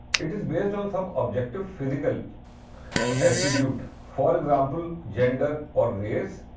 it is based on some objective physical attribute. for example, gender or race,